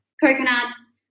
coconuts